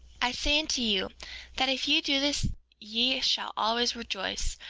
i say unto you that if ye do this ye shall always rejoice,